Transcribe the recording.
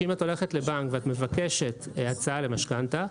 אם את הולכת לבנק ואת מבקשת הצעה למשכנתה,